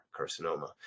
carcinoma